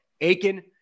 Aiken